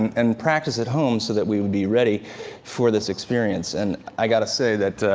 and practice at home so that we would be ready for this experience. and i've got to say that,